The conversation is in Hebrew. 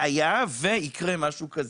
היה ויקרה משהו כזה?"